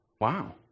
Wow